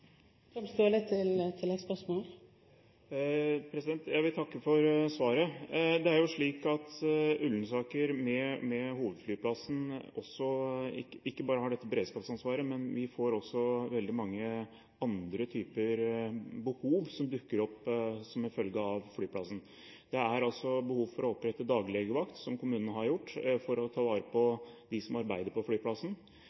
Jeg vil takke for svaret. Det er jo slik at Ullensaker, med hovedflyplassen, ikke bare har dette beredskapsansvaret. Det er også veldig mange andre typer behov som dukker opp som følge av flyplassen. Det er behov for å opprette daglegevakt, som kommunen har gjort, for å ta vare